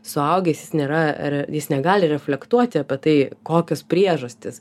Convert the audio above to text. suaugęs jis nėra ar jis negali reflektuoti apie tai kokios priežastys